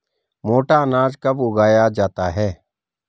मोटा अनाज कब उगाया जाता है?